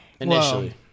Initially